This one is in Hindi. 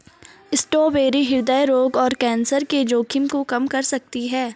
स्ट्रॉबेरी हृदय रोग और कैंसर के जोखिम को कम कर सकती है